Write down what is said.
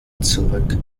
zurück